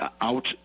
out